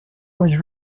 was